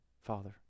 Father